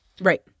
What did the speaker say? Right